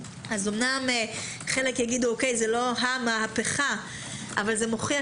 אז אמנם חלק יגידו: אמנם זה לא ה-מהפכה אבל זה מוכיח